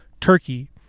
Turkey